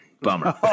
Bummer